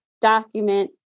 document